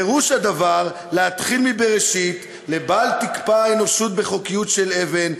פירוש הדבר להתחיל מבראשית לבל תקפא האנושות בחוקיות של אבן,